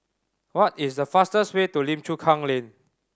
what is the fastest way to Lim Chu Kang Lane